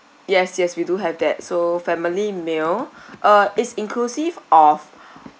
yes yes we do have that so family meal uh is inclusive of